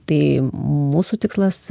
tai mūsų tikslas